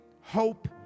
hope